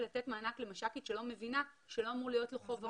ולתת מענק למש"קית שלא מבינה שלא אמור להיות לו חוב ארנונה.